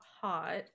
hot